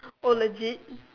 oh legit